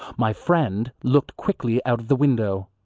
my friend looked quickly out of the window.